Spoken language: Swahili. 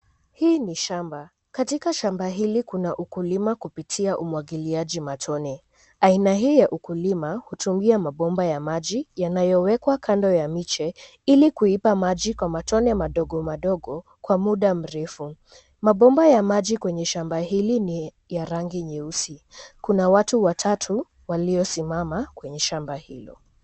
Hii ni shamba. Katika shamba hili, kuna ukulima kupitia umwagiliaji matone. Aina hii ya ukulima hutumia mabomba ya maji yanayowekwa kando ya miche ili kuipa maji kwa matone madogo madogo kwa muda mrefu. Mabomba ya maji kwenye shamba hili ni ya rangi nyeusi, kuna watu watatu waliosimama kwenye shamba hilo.